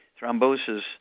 thrombosis